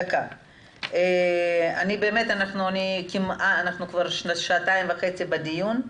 אנחנו כבר שעתיים וחצי בדיון.